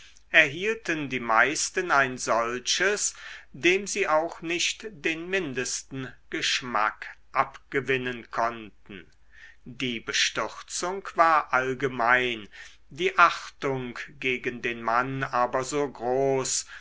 erhielten die meisten ein solches dem sie auch nicht den mindesten geschmack abgewinnen konnten die bestürzung war allgemein die achtung gegen den mann aber so groß